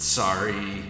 sorry